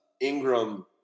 Ingram